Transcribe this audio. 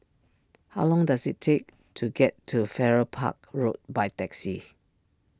how long does it take to get to Farrer Park Road by taxi